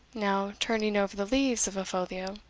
now turning over the leaves of a folio,